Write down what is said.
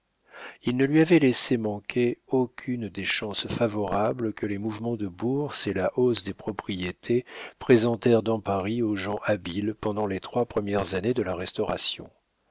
il ne lui avait laissé manquer aucune des chances favorables que les mouvements de bourse et la hausse des propriétés présentèrent dans paris aux gens habiles pendant les trois premières années de la restauration